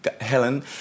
Helen